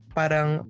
parang